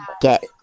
Get